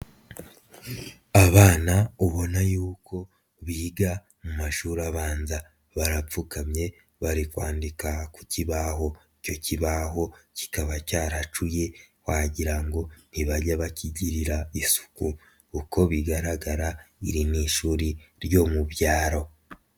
Abana ubona yuko biga mu mashuri abanza, barapfukamye bari kwandika ku kibaho, icyo kibaho kikaba cyaracuye wagira ngo ntibajya bakigirira isuku, uko bigaragara iri ni ishuri ryo mu byaro.